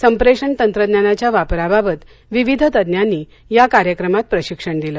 संप्रेषण तंत्रज्ञानाच्या वापराबाबत विविध तज्ञांनी या कार्यक्रमात प्रशिक्षण दिलं